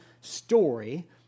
story